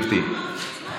גברתי.